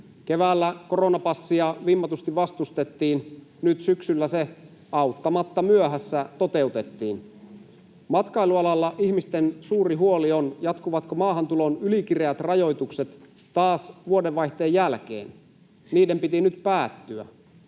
Keväällä koronapassia vimmatusti vastustettiin, nyt syksyllä se — auttamatta — myöhässä toteutettiin. Matkailualalla ihmisten suuri huoli on, jatkuvatko maahantulon ylikireät rajoitukset taas vuodenvaihteen jälkeen. Niiden piti nyt päättyä.